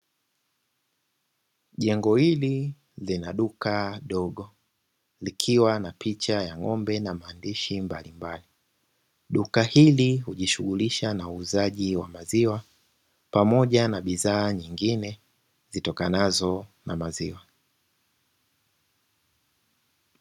Jengo hili lina duka dogo, likiwa na picha ya ng'ombe na maandishi mbalimbali. Duka hili hujishughulisha na uuzaji wa maziwa, pamoja na bidhaa nyingine zitokanazo na maziwa.